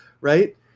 Right